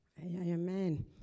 Amen